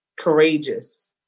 courageous